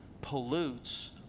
pollutes